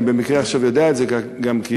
אני במקרה עכשיו יודע את זה גם כי